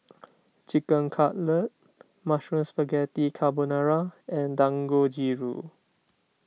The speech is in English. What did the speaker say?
Chicken Cutlet Mushroom Spaghetti Carbonara and Dangojiru